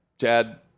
Chad